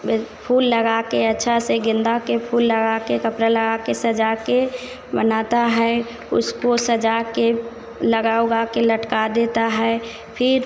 ब फूल लगाकर अच्छा से गेंदे के फूल लगाकर कपड़ा लगाकर सजाकर बनाता है उसको सजाकर लगा उगाकर लटका देता है फिर